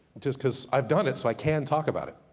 just cause i've done it so i can talk about it.